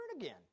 again